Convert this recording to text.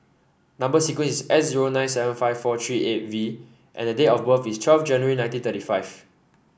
number sequence is S zero nine seven five four three eight V and date of birth is twelve January nineteen thirty five